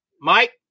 Mike